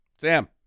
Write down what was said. Sam